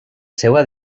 seua